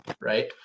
right